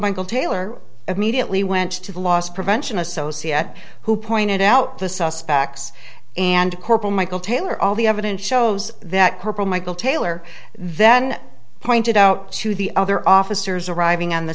michael taylor immediately went to the loss prevention associate who pointed out the suspects and corporal michael taylor all the evidence shows that corporal michael taylor then pointed out to the other officers arriving on the